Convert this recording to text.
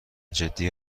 جدی